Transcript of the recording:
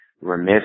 remiss